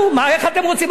מה, איך אתם רוצים אותנו?